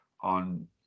on